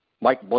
Mike